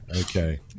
Okay